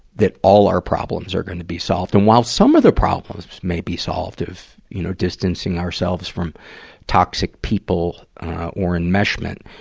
that all our problems are gonna be solved. and while some of the problems may be solved of, you know, distancing ourselves from toxic people or enmeshment,